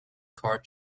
card